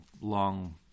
long